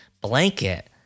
blanket